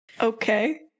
Okay